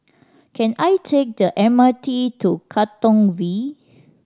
can I take the M R T to Katong V